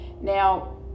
now